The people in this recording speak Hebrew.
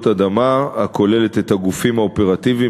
אדמה הכוללת את הגופים האופרטיביים,